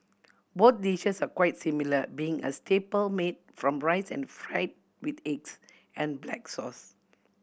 both dishes are quite similar being a staple made from rice and fried with eggs and black sauce